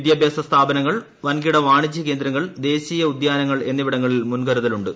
വിദ്യാഭ്യാസ സ്ഥാപനങ്ങൾ വൻകിട വാണിജ്യകേന്ദ്രങ്ങൾ ദേശീയ ഉദ്യാനങ്ങൾ എന്നിവിടങ്ങളിൽ മുൻകരുതലുണ്ട്